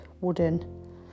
wooden